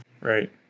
Right